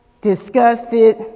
disgusted